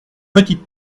petite